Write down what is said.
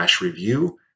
review